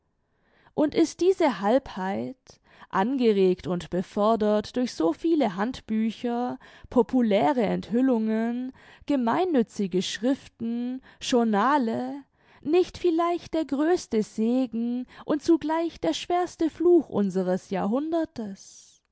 und ist diese halbheit angeregt und befördert durch so viele handbücher populäre enthüllungen gemeinnützige schriften journale nicht vielleicht der größte segen und zugleich der schwerste fluch unseres jahrhundertes